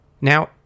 Now